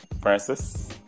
Francis